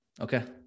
Okay